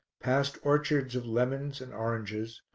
past orchards of lemons and oranges,